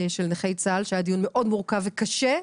של נכי צה"ל שהיה דיון מאוד מורכב וקשה,